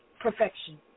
perfection